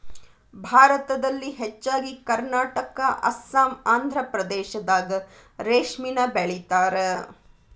ಭಾರತದಲ್ಲಿ ಹೆಚ್ಚಾಗಿ ಕರ್ನಾಟಕಾ ಅಸ್ಸಾಂ ಆಂದ್ರಪ್ರದೇಶದಾಗ ರೇಶ್ಮಿನ ಬೆಳಿತಾರ